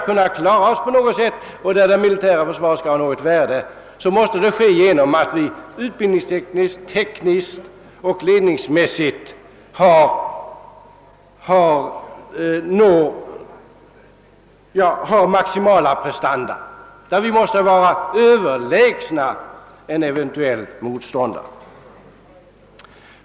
Skall vårt militära försvar ha något värde, måste vi utbildningsmässigt, tekniskt och ledningsmässigt nå maximala prestanda. Vi måste vara överlägsna en eventuell motståndare.